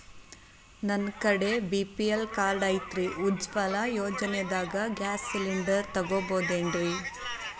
ನನ್ನ ಕಡೆ BPL card ಐತ್ರಿ, ಉಜ್ವಲಾ ಯೋಜನೆದಾಗ ಗ್ಯಾಸ್ ಸಿಲಿಂಡರ್ ತೊಗೋಬಹುದೇನ್ರಿ?